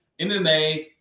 MMA